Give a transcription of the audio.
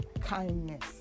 kindness